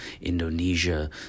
Indonesia